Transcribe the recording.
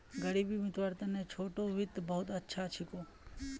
ग़रीबीक मितव्वार तने छोटो वित्त बहुत अच्छा छिको